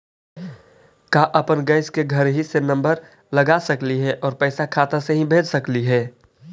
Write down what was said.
का अपन गैस के घरही से नम्बर लगा सकली हे और पैसा खाता से ही भेज सकली हे?